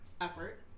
effort